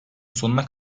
sonuna